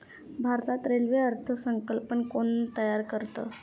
भारतात रेल्वे अर्थ संकल्प कोण तयार करतं?